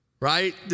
right